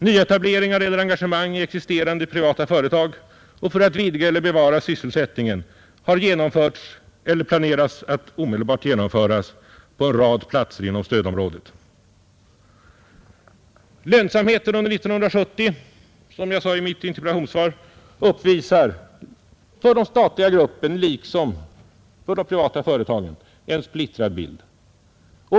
Nyetableringar eller engagemang i existerande privata företag och för att vidga eller bevara sysselsättningen har genomförts eller planeras att omedelbart genomföras på en rad platser inom stödområdet. Lönsamheten under 1970 uppvisar, som jag sade i mitt interpellationssvar, för den statliga gruppen liksom för de privata företagen en splittrad bild.